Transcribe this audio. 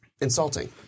insulting